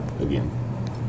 again